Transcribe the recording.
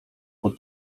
pod